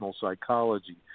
Psychology